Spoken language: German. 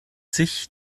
sich